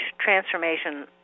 transformation